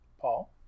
Paul